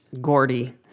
Gordy